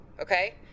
Okay